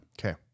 Okay